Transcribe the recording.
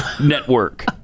network